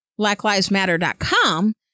blacklivesmatter.com